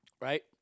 Right